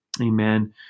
Amen